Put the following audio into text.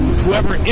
whoever